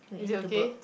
is it okay